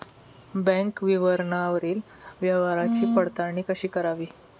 Bank विवरणावरील व्यवहाराची पडताळणी कशी करावी?